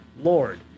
Lord